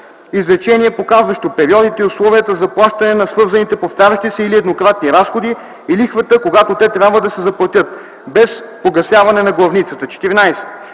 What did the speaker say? извлечение, показващо периодите и условията за плащане на свързаните повтарящи се или еднократни разходи и лихвата, когато те трябва да се заплатят, без погасяване на главницата; 14.